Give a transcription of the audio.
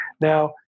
Now